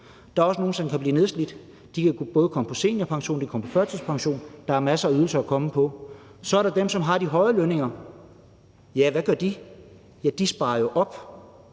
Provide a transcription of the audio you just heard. Der er også nogle, som kan blive nedslidt, og de kan både komme på seniorpension og førtidspension – der er masser af ydelser, man kan komme på. Så er der dem, som har de høje lønninger – hvad gør de? De sparer jo op.